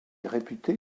réputée